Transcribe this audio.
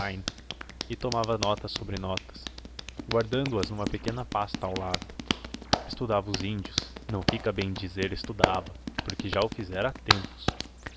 stein e tomava notas sobre notas guardando as numa pequena pasta ao lado estudava os índios não fica bem dizer estudava porque já o fizera há tempos